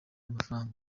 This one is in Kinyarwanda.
amafaranga